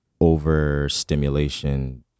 overstimulation